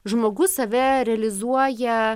žmogus save realizuoja